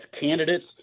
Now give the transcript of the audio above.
candidates